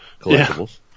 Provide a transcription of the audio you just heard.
Collectibles